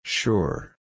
Sure